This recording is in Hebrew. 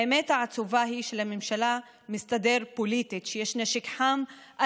האמת העצובה היא שלממשלה מסתדר פוליטית שיש נשק חם,